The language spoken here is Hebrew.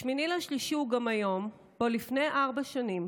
8 במרץ הוא גם היום שבו לפני ארבע שנים